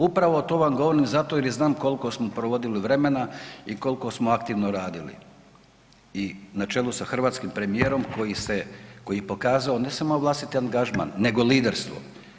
Upravo to vam govorim zato jer i znam koliko smo provodili vremena i koliko smo aktivno radili i na čelu sa hrvatskim premijerom koji se, koji je pokazao ne samo vlastiti angažman nego liderstvo.